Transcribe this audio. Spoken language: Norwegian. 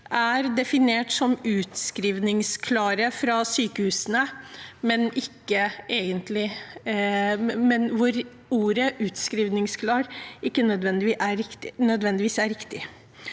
er definert som utskrivningsklare fra sykehusene, men ordet «utskrivningsklar» er ikke nødvendigvis riktig.